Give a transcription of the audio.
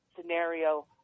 scenario